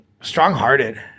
strong-hearted